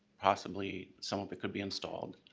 possibly some of it could be installed.